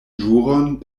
ĵuron